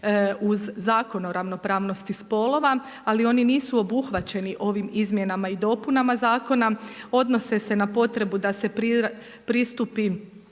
uz Zakon o ravnopravnosti spolova ali oni nisu obuhvaćeni ovim izmjenama i dopunama zakona. Odnose se na potrebu da se pristupi